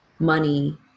Money